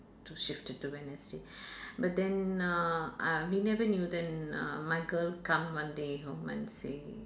to shift it to wednesday but then uh uh we never knew then uh my girl come one day home and say